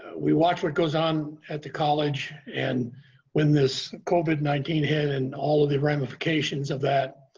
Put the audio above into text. we watch what goes on at the college. and when this covid nineteen hit, and all of the ramifications of that,